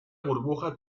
burbuja